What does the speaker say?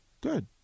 good